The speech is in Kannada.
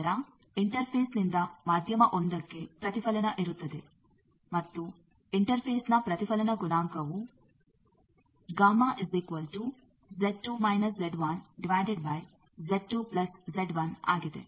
ನಂತರ ಇಂಟರ್ಫೇಸ್ನಿಂದ ಮಾಧ್ಯಮ 1ಕ್ಕೆ ಪ್ರತಿಫಲನ ಇರುತ್ತದೆ ಮತ್ತು ಇಂಟರ್ಫೇಸ್ನ ಪ್ರತಿಫಲನ ಗುಣಾಂಕವು ಆಗಿದೆ